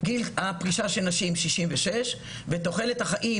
גיל הפרישה של נשים הוא 66 ותוחלת החיים